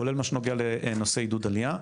כולל את מה שנוגע לנושא עידוד עלייה,